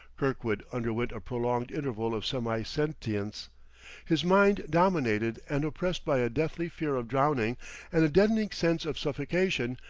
kirkwood underwent a prolonged interval of semi-sentience, his mind dominated and oppressed by a deathly fear of drowning and a deadening sense of suffocation,